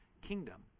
kingdom